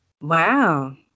Wow